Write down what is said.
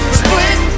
split